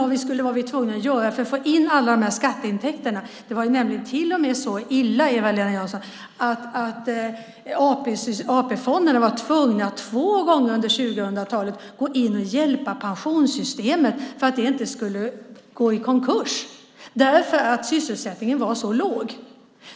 Det var nämligen till och med så illa, Eva-Lena Jansson, att AP-fonderna under 2000-talet två gånger var tvungna att gå in och hjälpa pensionssystemet för att det inte skulle gå i konkurs eftersom sysselsättningen var så låg.